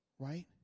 right